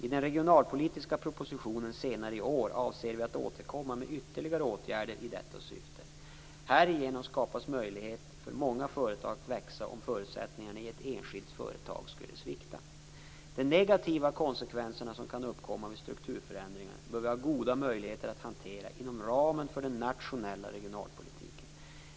I den regionalpolitiska propositionen senare i år avser vi att återkomma med ytterligare åtgärder i detta syfte. Härigenom skapas möjligheter för många företag att växa om förutsättningarna i ett enskilt företag skulle svikta. De negativa konsekvenser som kan uppkomma vid strukturförändringar bör vi ha goda möjligheter att hantera inom ramen för den nationella regionalpolitiken.